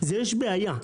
יש בעיה,